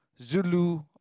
Zulu